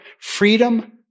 freedom